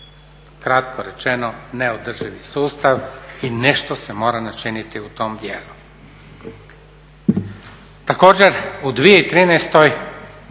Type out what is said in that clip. Kratko rečeno, neodrživi sustav i nešto se mora načiniti u tom dijelu.